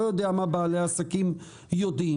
לא יודע מה בעלי העסקים יודעים.